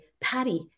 Patty